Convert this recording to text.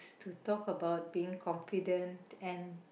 to talk about being confident and